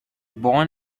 born